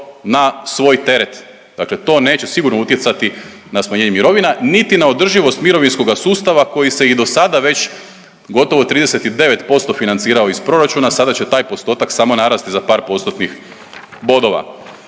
na svoj teret, dakle to neće sigurno utjecati na smanjenje mirovina, niti na održivost mirovinskoga sustava koji se i dosada već gotovo 39% financirao iz proračuna, a sada će taj postotak samo narasti za par postotnih bodova.